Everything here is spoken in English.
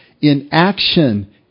Inaction